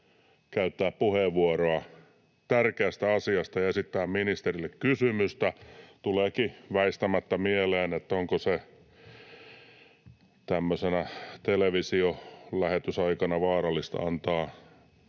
käyttää puheenvuoroa tärkeästä asiasta ja esittää ministerille kysymystä. Tuleekin väistämättä mieleen, onko se tämmöisenä televisiolähetysaikana vaarallista antaa